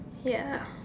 ya